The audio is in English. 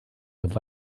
could